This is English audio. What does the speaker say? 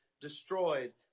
destroyed